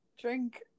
Drink